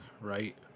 right